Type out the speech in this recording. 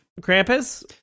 Krampus